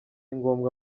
ngombwa